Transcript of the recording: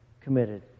committed